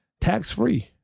tax-free